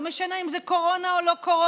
לא משנה אם זה קורונה או לא קורונה,